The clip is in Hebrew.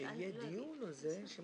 אני